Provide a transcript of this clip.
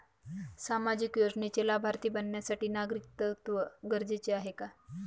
सामाजिक योजनेचे लाभार्थी बनण्यासाठी नागरिकत्व गरजेचे आहे का?